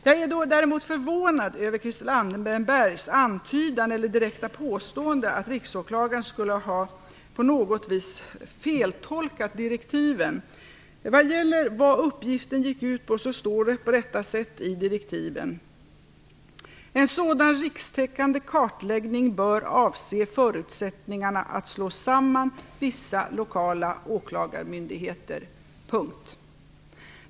Jag är däremot förvånad över Christel Anderbergs direkta påstående att Riksåklagaren på något vis skulle ha feltolkat direktiven. Vad gäller det uppgiften gick ut på, står det på detta sätt i direktiven: En sådan rikstäckande kartläggning bör avse förutsättningarna att slå samman vissa lokala åklagarmyndigheter.